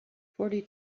forty